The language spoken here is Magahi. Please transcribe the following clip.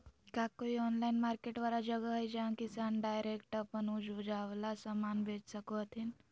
का कोई ऑनलाइन मार्केट वाला जगह हइ जहां किसान डायरेक्ट अप्पन उपजावल समान बेच सको हथीन?